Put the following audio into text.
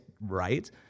right